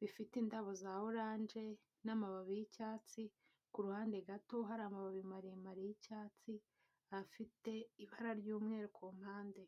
bifite indabo za oranje n'amababi y'icyatsi ku ruhande gato hari amababi maremare y'icyatsi afite ibara ry'umweru ku mpande.